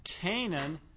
Canaan